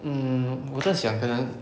hmm 我在想可能